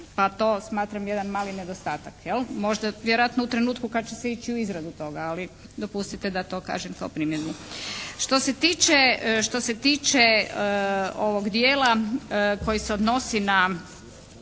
pa to smatram jedan mali nedostatak je li? Možda vjerojatno u trenutku kada će se ići u izradu toga, ali dopustite da to kažem kao primjedbu. Što se tiče ovog dijela koji se odnosi na